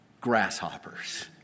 grasshoppers